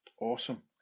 awesome